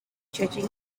judging